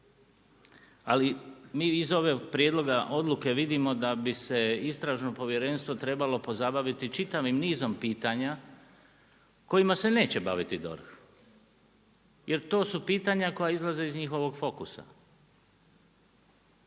ali, mi iz ovih prijedloga odluke vidimo da bi se istražno povjerenstvo trebalo pozabaviti čitavim nizom pitanja, kojima se neće baviti DORH. Jer, to su pitanja koja izlaze iz njihovog fokusa.